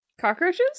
Cockroaches